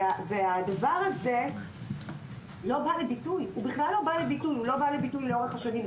הדבר הזה לא בא לידי ביטוי, בכלל, לאורך השנים.